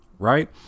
Right